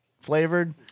flavored